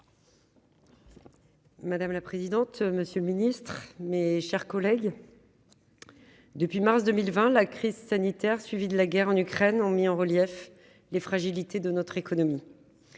Madame la présidente, monsieur le ministre, mes chers collègues, depuis le mois de mars 2020, la crise sanitaire puis la guerre en Ukraine ont mis en relief les fragilités de notre économie.